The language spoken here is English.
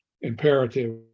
imperative